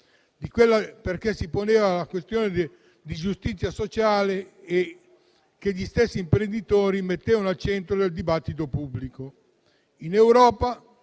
perché si poneva una questione di giustizia sociale che gli stessi imprenditori mettevano al centro del dibattito pubblico. In Europa